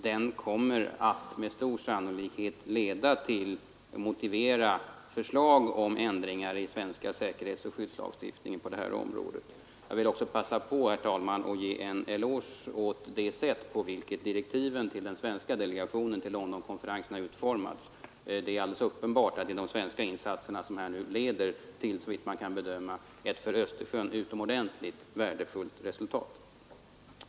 Den kommer med största sannolikhet att leda till och motivera förslag om ändringar i den svenska säkerhetsoch skyddslagstiftningen på det här området. Jag vill också passa på, herr talman, att ge en eloge för det sätt på vilket direktiven till den svenska delegationen vid Londonkonferensen har utformats. Det är alldeles uppenbart att det är de svenska insatserna som leder till ett, såvitt man kan bedöma, för Östersjön utomordentligt värdefullt resultat.